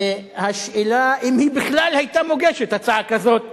השאלה אם בכלל היתה מוגשת הצעה כזאת